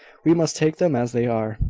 we must take them as they are.